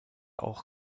auch